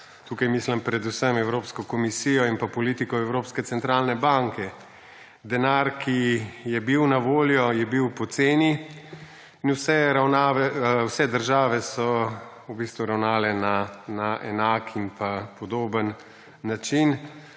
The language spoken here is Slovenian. tukaj mislim predvsem na Evropsko komisijo in politiko Evropske centralne banke. Denar, ki je bil na voljo, je bil poceni, in vse države so v bistvu ravnale na enak in podoben način.